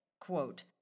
Quote